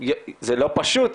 זה לא פשוט,